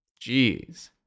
Jeez